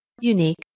unique